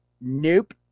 Nope